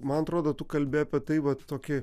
man atrodo tu kalbi apie tai vat toki